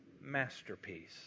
masterpiece